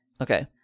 okay